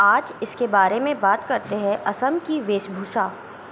आज इसके बारे में बात करते हैं असम की वेशभूषा